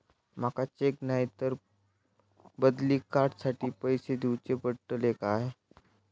माका चेक नाय तर बदली कार्ड साठी पैसे दीवचे पडतले काय?